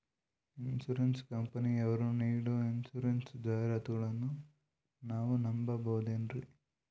Insurance ಕಂಪನಿಯರು ನೀಡೋ insurance ಜಾಹಿರಾತುಗಳನ್ನು ನಾವು ನಂಬಹುದೇನ್ರಿ?